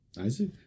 Isaac